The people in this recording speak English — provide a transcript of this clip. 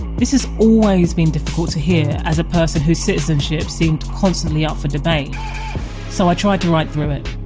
this has always been difficult to hear as a person who's citizenship seemed constantly up for debate so i tried to write through it